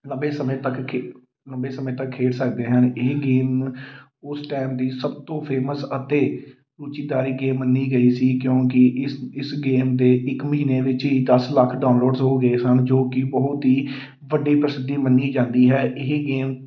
ਲੰਬੇ ਸਮੇਂ ਤੱਕ ਕੇ ਲੰਬੇ ਸਮੇਂ ਤੱਕ ਖੇਡ ਸਕਦੇ ਹਨ ਇਹ ਗੇਮ ਉਸ ਟਾਈਮ ਦੀ ਸਭ ਤੋਂ ਫੇਮਸ ਅਤੇ ਉੱਚੀ ਦਾਰੀ ਗੇਮ ਮੰਨੀ ਗਈ ਸੀ ਕਿਉਂਕਿ ਇਸ ਇਸ ਗੇਮ ਦੇ ਇੱਕ ਮਹੀਨੇ ਵਿੱਚ ਹੀ ਦਸ ਲੱਖ ਡਾਊਨਲੋਡਜ਼ ਹੋ ਗਏ ਸਨ ਜੋ ਕਿ ਬਹੁਤ ਹੀ ਵੱਡੀ ਪ੍ਰਸਿੱਧੀ ਮੰਨੀ ਜਾਂਦੀ ਹੈ